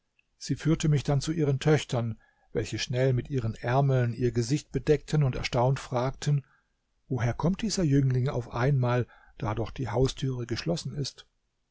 sie führte mich dann zu ihren töchtern welche schnell mit ihren ärmeln ihr gesicht bedeckten und erstaunt fragten woher kommt dieser jüngling auf einmal da doch die haustüre geschlossen ist